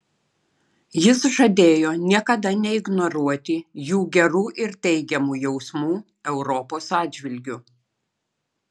jis žadėjo niekada neignoruoti jų gerų ir teigiamų jausmų europos atžvilgiu